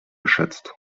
geschätzt